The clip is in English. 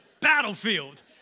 battlefield